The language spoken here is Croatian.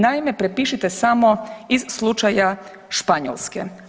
Naime, prepišite samo iz slučaja Španjolske.